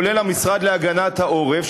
כולל המשרד להגנת העורף,